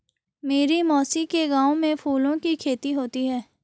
मेरी मौसी के गांव में फूलों की खेती होती है